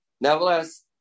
Nevertheless